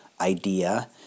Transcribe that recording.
idea